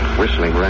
whistling